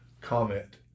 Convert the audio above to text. comment